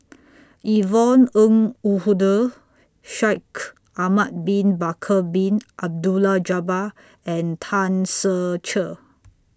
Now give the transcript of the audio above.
Yvonne Ng Uhde Shaikh Ahmad Bin Bakar Bin Abdullah Jabbar and Tan Ser Cher